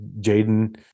Jaden